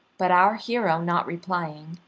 but our hero not replying,